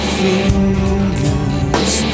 fingers